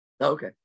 Okay